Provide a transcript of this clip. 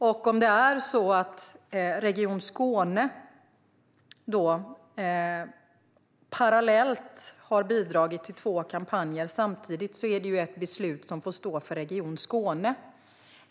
Om det är på det sättet att Region Skåne har bidragit till två kampanjer samtidigt är det ett beslut som får stå för Region Skåne.